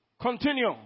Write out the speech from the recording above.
Continue